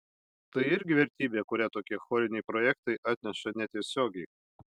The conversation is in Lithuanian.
tai irgi vertybė kurią tokie choriniai projektai atneša netiesiogiai